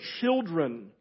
children